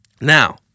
Now